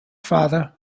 father